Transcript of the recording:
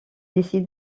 décide